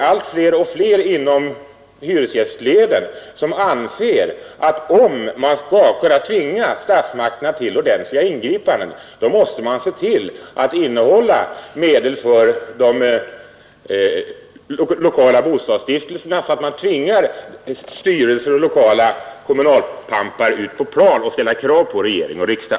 Allt fler och fler inom hyresgästleden anser att för att kunna åstadkomma ordentliga ingripanden från statsmakternas sida måste man se till att innehålla medel för de lokala bostadsstiftelserna och därigenom tvinga styrelser och lokala kommunalpampar ut på plan, så att de ställer krav på regering och riksdag.